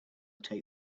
take